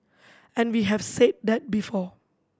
and we have said that before